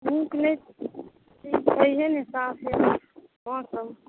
नीक नहि छै नहि साफे मौसम